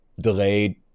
Delayed